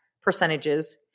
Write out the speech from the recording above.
percentages